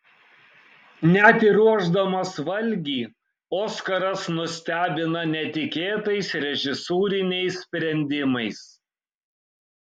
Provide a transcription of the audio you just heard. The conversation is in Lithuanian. net ir ruošdamas valgį oskaras nustebina netikėtais režisūriniais sprendimais